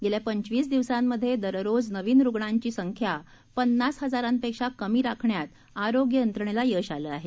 गेल्या पंचवीस दिवसांमध्ये दररोज नवीन रुग्णांची संख्या पन्नास हजारांपेक्षा कमी राखण्यात आरोग्य यंत्रणेला यश आले आहे